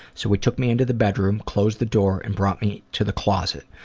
so he took me into the bedroom, closed the door and brought me to the closet.